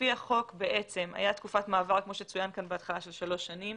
לפי החוק, הייתה תקופת מעבר של שלוש שנים,